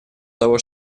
того